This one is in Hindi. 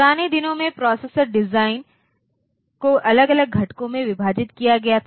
पुराने दिनों में प्रोसेसर डिज़ाइन को अलग अलग घटकों में विभाजित किया गया था